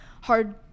hard